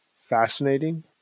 fascinating